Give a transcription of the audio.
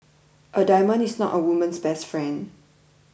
a diamond is not a woman's best friend